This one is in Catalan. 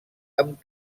amb